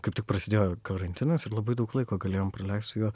kaip tik prasidėjo karantinas ir labai daug laiko galėjom praleist su juo